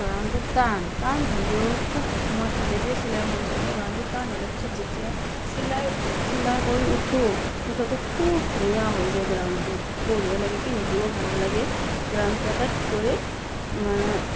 গ্ৰাউনটো টান টান হ'লেও খুব মই হাতেদিয়ে চিলাই কৰিছিলোঁ গ্ৰাউনটো টান হ'লে পিছত যেতিয়া চিলাই চিলাই কৰি উঠোঁ মুঠতে খুব ধুনীয়া হৈ যায় গ্ৰাউনটো বঢ়িয়া লাগে পিন্ধিও ভাল লাগে গ্ৰাউনটো আটাইতকৈ